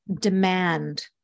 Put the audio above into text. demand